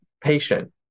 patient